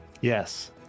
Yes